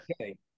Okay